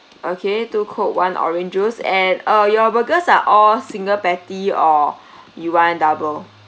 okay two coke one orange juice and uh your burgers are all single patty or you want double